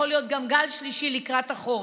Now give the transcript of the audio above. יכול להיות גם גל שלישי לקראת החורף.